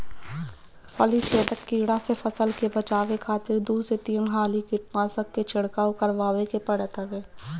फली छेदक कीड़ा से फसल के बचावे खातिर दू से तीन हाली कीटनाशक के छिड़काव करवावे के पड़त हवे